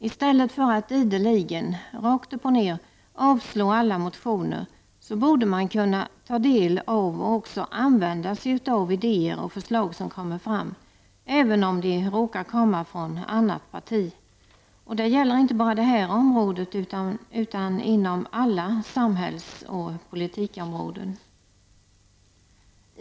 I stället för att ideligen, rakt upp och ner, avstyrka alla motioner borde de kunna ta del av och också använda sig av idéer och förslag som kommer fram, även om de råkar komma från annat parti. Det gäller inte bara det här området utan inom alla samhälls och politikområden.